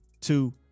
two